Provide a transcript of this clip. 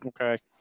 okay